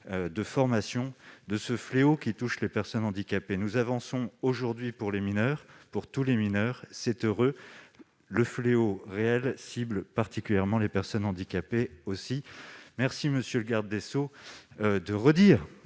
la lutte contre ce fléau qui touche les personnes handicapées. Nous avançons aujourd'hui pour tous les mineurs ; c'est heureux. Le fléau réel cible particulièrement les personnes handicapées ; merci, monsieur le garde des sceaux, de redire